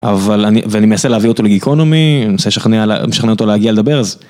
אבל אני... ואני מנסה להביא אותו לגיקרונומי, אני מנסה לשכנע... לשכנע אותו להגיע לדבר, אז...